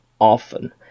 often